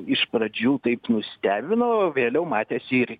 iš pradžių taip nustebino vėliau matėsi ir